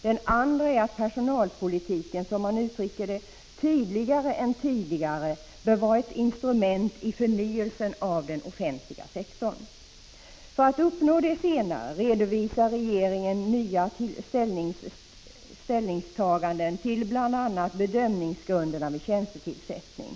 Den andra är att personalpolitiken, som det uttrycks, tydligare än tidigare bör vara ett instrument i förnyelsen av den offentliga sektorn. För att uppnå det senare målet redovisar regeringen nya ställningstagan = Prot. 1985/86:49 den till bl.a. bedömningsgrunderna vid tjänstetillsättning.